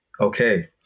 okay